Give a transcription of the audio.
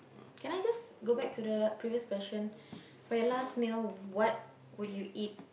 can I just go back to the previous question while last meal what would you eat